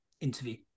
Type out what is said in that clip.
interview